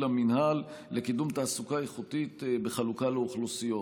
המינהל לקידום תעסוקה איכותית בחלוקה לאוכלוסיות: